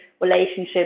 relationships